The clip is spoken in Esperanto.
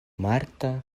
marta